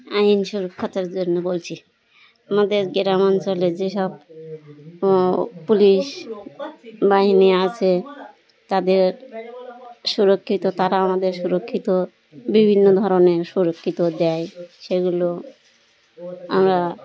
আইন সুরক্ষার জন্য বলছি আমাদের গ্রাম অঞ্চলে যে সব পুলিশ বাহিনী আছে তাদের সুরক্ষিত তারা আমাদের সুরক্ষিত বিভিন্ন ধরনের সুরক্ষিত দেয় সেগুলো আমরা